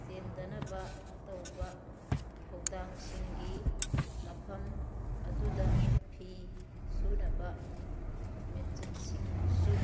ꯆꯦꯟꯗꯅꯕ ꯇꯧꯕ ꯊꯧꯗꯥꯡꯁꯤꯡꯒꯤ ꯃꯐꯝ ꯑꯗꯨꯗ ꯐꯤ ꯁꯨꯅꯕ ꯃꯦꯆꯤꯟꯁꯤꯡꯁꯨ